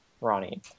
Ronnie